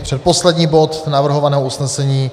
Předposlední bod navrhovaného usnesení: